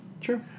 Sure